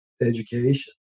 education